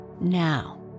Now